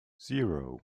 zero